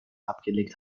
abgelegt